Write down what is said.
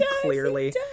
clearly